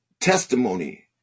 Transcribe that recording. testimony